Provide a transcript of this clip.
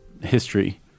history